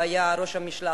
שהיה ראש המשלחת,